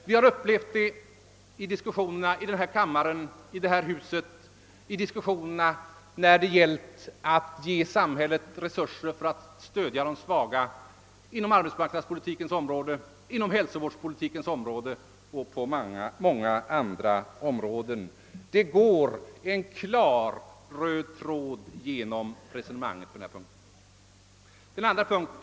Vi har upplevt det i diskussionerna i det här huset när det gällt att ge samhället resurser för att stödja de svaga på arbetsmarknadspolitikens, hälsovårdspolitikens och många andra områden. Det går en klar röd tråd genom resonemanget och reformerna på denna punkt.